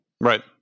Right